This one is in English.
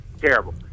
Terrible